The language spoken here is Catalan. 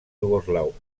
iugoslau